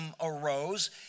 arose